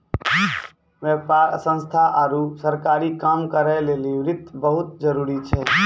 व्यापार संस्थान आरु सरकारी काम करै लेली वित्त बहुत जरुरी छै